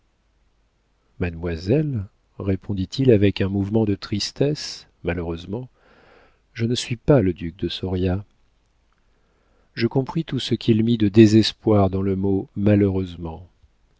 mademoiselle répondit-il avec un mouvement de tristesse malheureusement je ne suis pas le duc de soria je compris tout ce qu'il mit de désespoir dans le mot malheureusement